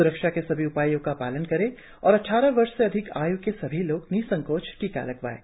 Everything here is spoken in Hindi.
सुरक्षा के सभी उपायों का पालन करें और अद्वारह वर्ष से अधिक आय् के सभी लोग निसंकोच टीका लगवाएं